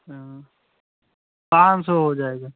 पाँच सौ हो जाएगा